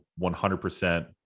100%